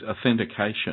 authentication